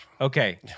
Okay